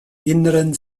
inneren